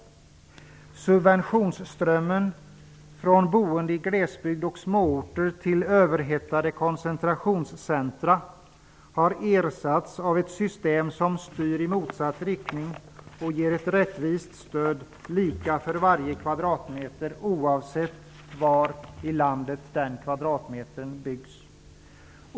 Subventionsströmmen från boende i glesbygd och småorter till överhettade koncentrationscentra har ersatts av ett system som styr i motsatt riktning och som ger ett rättvist stöd lika för varje kvadratmeter oavsett var i landet den byggs.